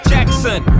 Jackson